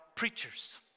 preachers